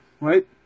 Right